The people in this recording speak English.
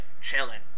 chilling